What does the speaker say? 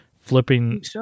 flipping